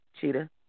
Cheetah